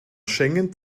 schengen